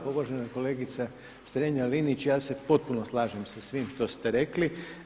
Pa uvažena kolegice Strenja-Linić, ja se potpuno slažem sa svime što ste rekli.